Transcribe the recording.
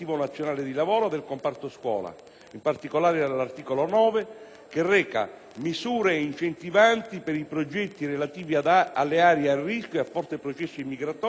in particolare all'articolo 9, che reca «Misure incentivanti per progetti relativi alle aree a rischio e a forte processo immigratorio e contro l'emarginazione scolastica»,